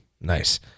Nice